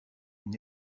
une